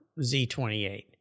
Z28